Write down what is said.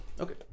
Okay